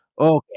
Okay